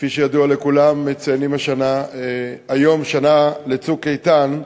כפי שידוע לכולם, היום מציינים שנה ל"צוק איתן".